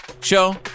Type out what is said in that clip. Show